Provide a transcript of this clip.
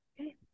okay